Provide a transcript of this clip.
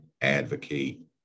advocate